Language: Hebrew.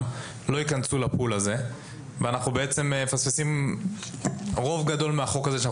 ולא ייכנסו ל-פול הזה ואנחנו בעצם מפספסים רוב גדול מהחוקה הזה.